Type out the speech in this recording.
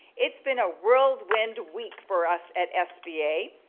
it's been a whirlwind week for us at sba.